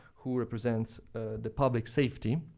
who represents the public safety,